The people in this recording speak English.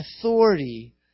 authority